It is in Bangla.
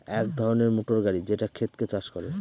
এক ধরনের মোটর গাড়ি যেটা ক্ষেতকে চাষ করে